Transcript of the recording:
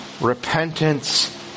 repentance